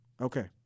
Okay